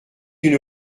une